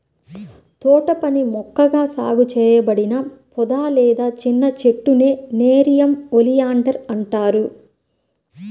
తోటపని మొక్కగా సాగు చేయబడిన పొద లేదా చిన్న చెట్టునే నెరియం ఒలియాండర్ అంటారు